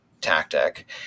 tactic